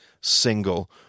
single